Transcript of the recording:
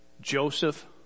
Joseph